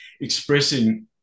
expressing